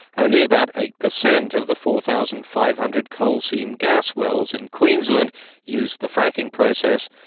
only about eight percent of the four thousand five hundred coal seam gas wells in queensland use the fracking process,